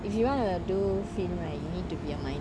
if you want to do film right you need to be minor